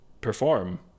perform